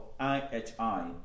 IHI